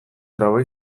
traba